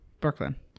Brooklyn